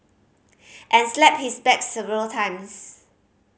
and slapped his back several times